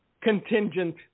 contingent